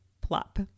PLOP